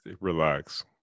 Relax